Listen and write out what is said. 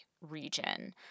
region